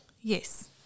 Yes